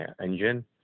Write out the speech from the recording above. engine